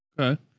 Okay